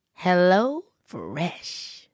HelloFresh